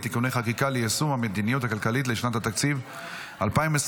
(תיקוני חקיקה להשגת יעדי התקציב לשנת התקציב 2025),